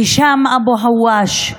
הישאם אבו הואש,